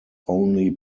only